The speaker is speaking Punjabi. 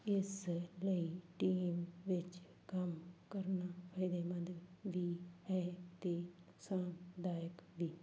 ਇਸ ਲਈ ਟੀਮ ਵਿੱਚ ਕੰਮ ਕਰਨਾ ਫਾਇਦੇਮੰਦ ਵੀ ਹੈ ਅਤੇ ਨੁਕਸਾਨਦਾਇਕ ਵੀ